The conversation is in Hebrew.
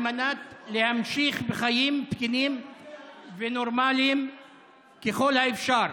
על מנת להמשיך בחיים תקינים ונורמליים ככל האפשר.